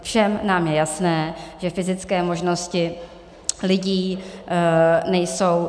Všem nám je jasné, že fyzické možnosti lidí nejsou...